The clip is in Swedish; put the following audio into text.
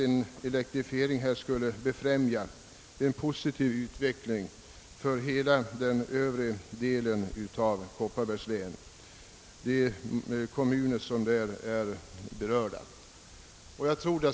En sådan skulle främja en positiv utveckling för kommunerna i hela den övre delen av Kopparbergs län.